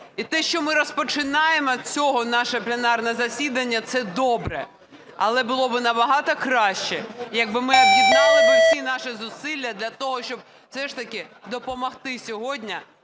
І те, що ми розпочинаємо з цього наше пленарне засідання, це добре. Але було б набагато краще, якби ми об'єднали всі наші зусилля для того, щоб все ж таки допомоги сьогодні